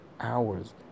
hours